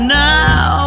now